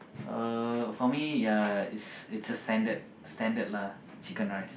uh for me ya it's it's a standard standard lah chicken-rice